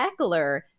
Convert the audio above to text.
Eckler